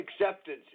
acceptance